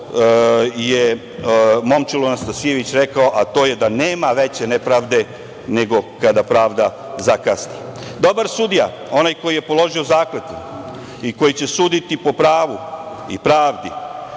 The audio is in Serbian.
što je Momčilo Nastasijević rekao, a to je – nema veće nepravde, nego kada pravda zakasni. Dobar sudija, onaj koji je položio zakletvu i koji će suditi po pravu i pravdi,